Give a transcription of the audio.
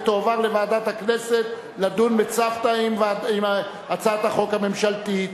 ותועבר לוועדת הכנסת לדיון בצוותא עם הצעת החוק הממשלתית.